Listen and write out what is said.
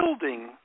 building